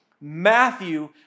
Matthew